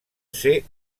ser